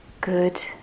good